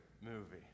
movie